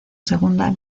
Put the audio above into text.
segunda